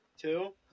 Two